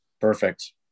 Perfect